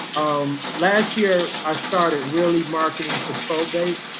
um, last year, i started really marketing to probate.